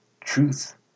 Truth